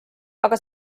aga